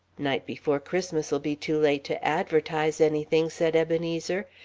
night before christmas'll be too late to advertise anything, said ebenezer.